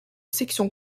section